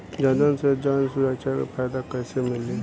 जनधन से जन सुरक्षा के फायदा कैसे मिली?